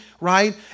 Right